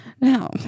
Now